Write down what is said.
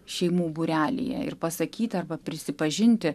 šeimų būrelyje ir pasakyt arba prisipažinti